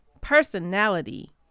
personality